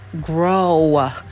grow